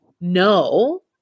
no